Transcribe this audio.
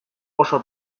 oso